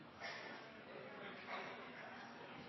Det er en